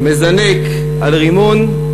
מזנק על רימון,